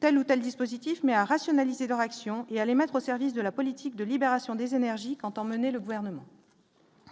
telle ou telle dispositifs mais à rationaliser leur action et à les mettre au service de la politique de libération des énergies qu'entend mener le gouvernement.